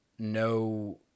no